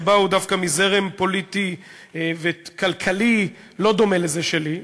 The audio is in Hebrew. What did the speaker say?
שבאו מזרם פוליטי וכלכלי לא דומה לזה שלי.